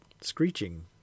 screeching